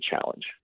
challenge